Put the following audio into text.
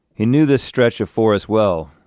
he knew this stretch of forest well,